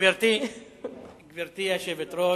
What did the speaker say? גברתי היושבת-ראש,